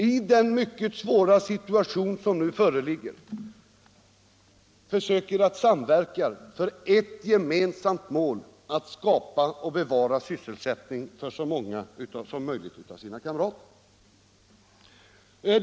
I den mycket svåra situationen försöker de verkligen samverka för ett gemensamt mål, nämligen att skapa och bevara sysselsättningen för så många som möjligt av sina kamrater.